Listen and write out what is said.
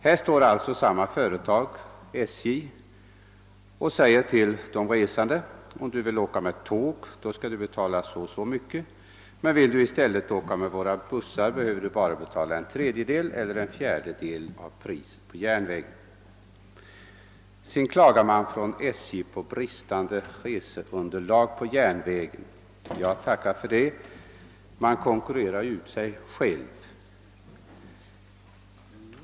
Här står alltså samma företag, statens järnvägar, och säger till den resande: Om du vill åka med tåg skall du betala så och så mycket, men vill du i stället åka med våra bussar behöver du bara betala en tredjedel eller en fjärdedel av järnvägspriset. Sedan klagar man från SJ över bristande reseunderlag för järnvägen. Ja, tacka för det, man konkurrerar ju ut sig själv!